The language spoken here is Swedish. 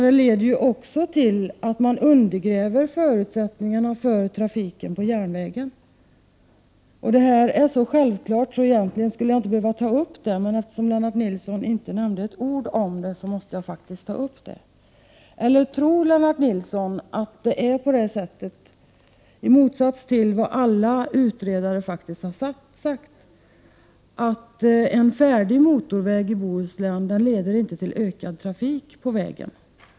Det leder också till att förutsättningarna för trafiken på järnvägen undergrävs. Detta är så självklart att jag egentligen inte skulle behöva ta upp det. Men eftersom Lennart Nilsson inte nämnde ett ord om det, måste jag faktiskt göra det. Tror Lennart Nilsson att, i motsats till vad alla utredningar faktiskt har visat, en färdig motorväg i Bohuslän inte leder till ökad trafik på vägen?